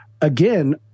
again